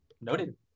noted